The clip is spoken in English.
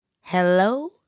hello